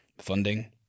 funding